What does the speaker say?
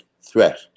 threat